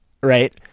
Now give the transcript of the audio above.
Right